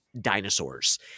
dinosaurs